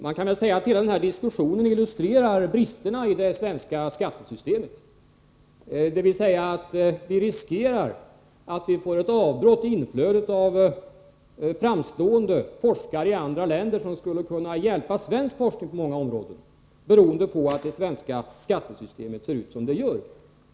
Man kan väl säga att hela den här diskussionen illustrerar bristerna i det svenska skattesystemet, dvs. att vi riskerar ett avbrott i inflödet av framstående forskare från andra länder. Dessa forskare skulle kunna hjälpa svensk forskning på många områden. Detta avbrott beror i så fall på att det svenska skattesystemet ser ut som det gör.